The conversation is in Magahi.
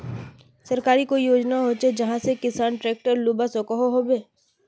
सरकारी कोई योजना होचे जहा से किसान ट्रैक्टर लुबा सकोहो होबे?